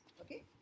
Okay